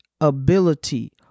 ability